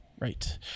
Right